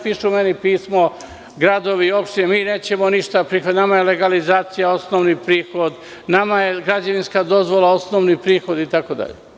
Pišu meni pisma gradovi i opštine – mi nećemo ništa da prihvatimo, nama je legalizacija osnovni prihod, nama je građevinska dozvola osnovni prihod itd.